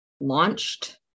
launched